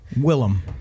Willem